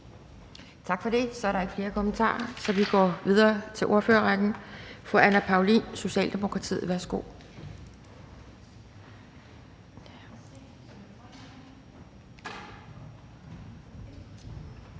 Tak for det. Der er ikke flere kommentarer, så vi går videre til ordførerrækken. Fru Anne Paulin, Socialdemokratiet. Værsgo.